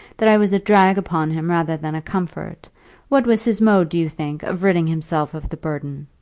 that i was a drag upon him rather than a comfort what was his mode, do you think, of ridding himself of the burden?